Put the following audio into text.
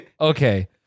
Okay